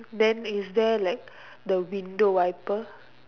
then is there like the window wiper